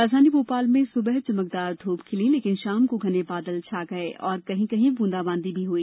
राजधानी भोपाल में सुबह चमकदार धूप खिली लेकिन शाम को घने बादल छा गये और कहीं कहीं ब्रंदा बांदी हुई